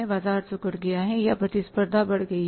बाजार सिकुड़ गया है या शायद प्रतिस्पर्धा बढ़ गई है